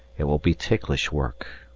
it will be ticklish work.